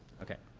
okay,